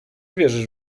wierzysz